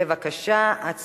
בבקשה, הצבעה.